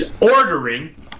ordering